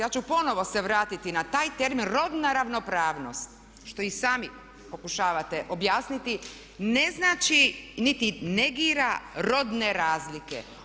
Ja ću ponovo se vratiti na taj termin rodna ravnopravnost što i sami pokušavate objasniti, ne znači niti negira rodne razlike.